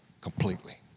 completely